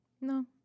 No